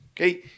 Okay